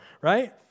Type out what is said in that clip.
right